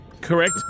Correct